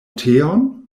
teon